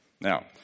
Now